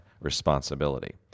responsibility